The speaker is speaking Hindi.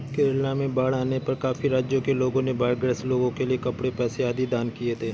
केरला में बाढ़ आने पर काफी राज्यों के लोगों ने बाढ़ ग्रस्त लोगों के लिए कपड़े, पैसे आदि दान किए थे